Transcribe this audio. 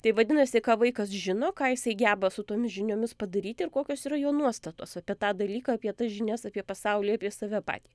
tai vadinasi ką vaikas žino ką jisai geba su tomis žiniomis padaryti ir kokios yra jo nuostatos apie tą dalyką apie tas žinias apie pasaulį apie save patį